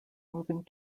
moving